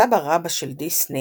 הסבא-רבא של דיסני,